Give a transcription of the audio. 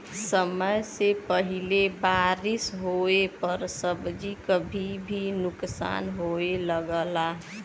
समय से पहिले बारिस होवे पर सब्जी क भी नुकसान होये लगला